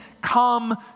come